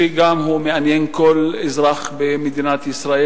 שגם הוא מעניין כל אזרח במדינת ישראל.